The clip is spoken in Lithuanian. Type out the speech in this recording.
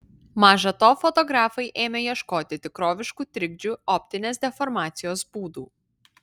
maža to fotografai ėmė ieškoti tikroviškų trikdžių optinės deformacijos būdų